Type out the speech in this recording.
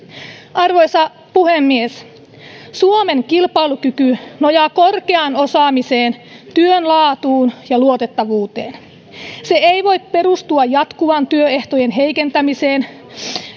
arvoisa puhemies suomen kilpailukyky nojaa korkeaan osaamiseen työn laatuun ja luotettavuuteen se ei voi perustua jatkuvaan työehtojen heikentämiseen